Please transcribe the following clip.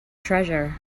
treasure